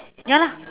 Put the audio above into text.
ya lah